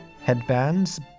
headbands